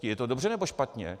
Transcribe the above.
Je to dobře, nebo špatně?